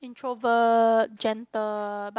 introvert gentle but